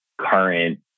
current